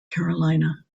carolina